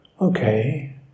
okay